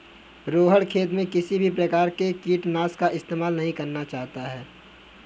रोहण खेत में किसी भी प्रकार के कीटनाशी का इस्तेमाल नहीं करना चाहता है